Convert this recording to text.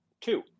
two